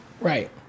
Right